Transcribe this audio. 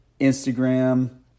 Instagram